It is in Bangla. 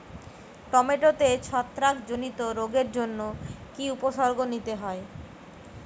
টমেটোতে ছত্রাক জনিত রোগের জন্য কি উপসর্গ নিতে হয়?